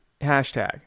hashtag